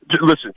listen